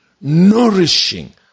nourishing